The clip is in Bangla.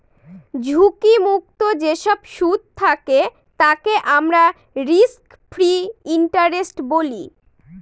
ঝুঁকি মুক্ত যেসব সুদ থাকে তাকে আমরা রিস্ক ফ্রি ইন্টারেস্ট বলি